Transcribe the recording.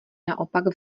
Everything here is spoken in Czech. naopak